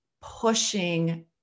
pushing